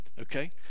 okay